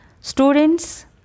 students